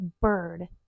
bird